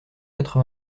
quatre